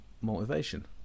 motivation